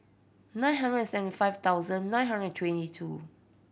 nine hundred seventy nine thousand nine hundred twenty two